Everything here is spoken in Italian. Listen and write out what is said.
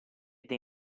dei